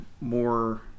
more